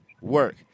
Work